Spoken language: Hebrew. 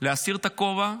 להסיר את הכובע ולשבח,